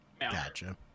Gotcha